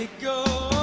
go